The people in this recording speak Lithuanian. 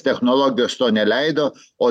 technologijos to neleido o